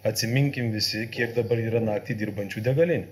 atsiminkim visi kiek dabar yra naktį dirbančių degalinių